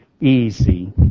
easy